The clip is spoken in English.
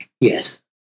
yes